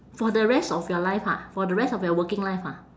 for the rest of your life ha for the rest of your working life ha